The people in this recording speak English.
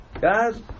Guys